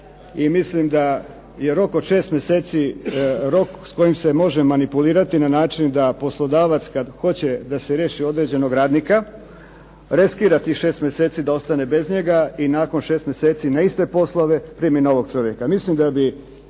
i mislim da je rok od šest mjeseci rok koji se može manipulirati na način da poslodavac kada hoće da se riješi određenog radnika riskira tih 6 mjeseci da ostane bez njega i nakon 6 mjeseci na iste poslove primi drugog radnika.